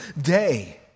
day